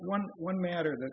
on one matter